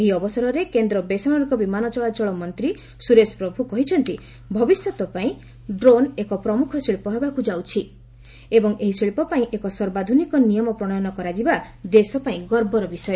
ଏହି ଅବସରରେ କେନ୍ଦ୍ର ବେସାମରିକ ବିମାନ ଚଳାଚଳ ମନ୍ତ୍ରୀ ସୁରେଶ ପ୍ରଭୁ କହିଛନ୍ତି ଭବିଷ୍ୟତ ପାଇଁ ଡ୍ରୋନ୍ ଏକ ପ୍ରମୁଖ ଶିଳ୍ପ ହେବାକୁ ଯାଉଛି ଏବଂ ଏହି ଶିଳ୍ପ ପାଇଁ ଏକ ସର୍ବାଧୁନିକ ନିୟମ ପ୍ରଣୟନ କରାଯିବା ଦେଶ ପାଇଁ ଗର୍ବର ବିଷୟ